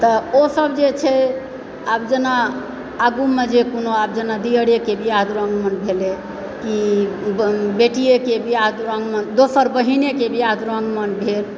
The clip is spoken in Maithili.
तऽ ओसभ जे छै आब जेना आगूमे जे कोनो आब जेना दिअरेके बियाह दुरागमन भेलै कि बेटिएके बियाह दुरागमन दोसर बहिनेके बियाह दुरागमन भेल